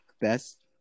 best